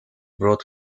brought